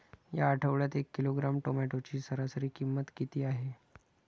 या आठवड्यात एक किलोग्रॅम टोमॅटोची सरासरी किंमत किती आहे?